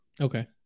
Okay